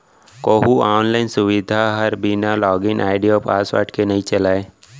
कोहूँ आनलाइन सुबिधा हर बिना लॉगिन आईडी अउ पासवर्ड के नइ चलय